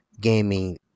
gaming